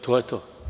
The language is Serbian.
To je to.